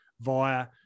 via